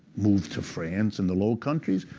moved to france and the low countries,